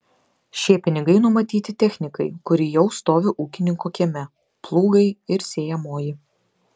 šie pinigai numatyti technikai kuri jau stovi ūkininko kieme plūgai ir sėjamoji